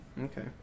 Okay